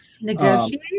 Negotiate